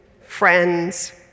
friends